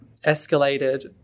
escalated